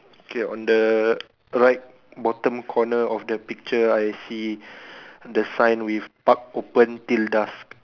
okay on the right bottom corner of the picture I see the sign with park open till dusk